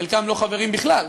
חלקם לא חברים בכלל,